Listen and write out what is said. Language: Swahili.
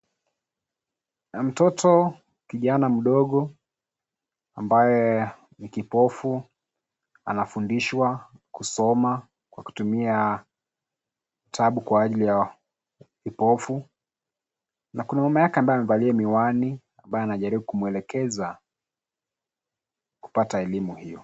Mtoto kijana mdogo ambaye ni kipofu anafundishwa kusoma kwa kutumia kitabu kwa ajili ya kipofu na kuna mwanamke ambaye amevaa miwani ambaye anajaribu kumuelekeza kupata elimu hiyo.